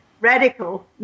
Radical